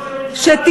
אבל ראש הממשלה שלך,